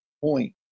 point